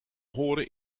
horen